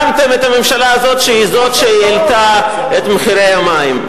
שהיא זו שהעלתה את מחירי המים.